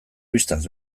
bistaz